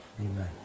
Amen